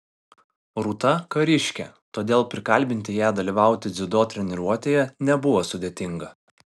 rūta kariškė todėl prikalbinti ją dalyvauti dziudo treniruotėje nebuvo sudėtinga